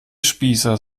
spießer